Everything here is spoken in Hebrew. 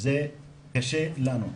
זה קשה לנו.